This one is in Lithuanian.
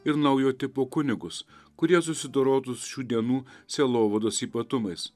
ir naujo tipo kunigus kurie susidorotų su šių dienų sielovados ypatumais